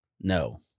No